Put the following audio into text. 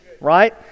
Right